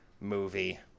movie